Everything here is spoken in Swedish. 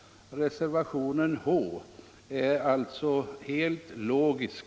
Reservationen H är alltså helt logisk.